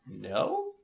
No